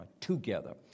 together